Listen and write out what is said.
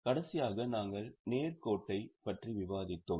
கடைசியாக நாம் நேர் கோட்டை பற்றி விவாதித்தோம்